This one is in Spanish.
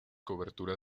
cobertura